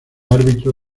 árbitro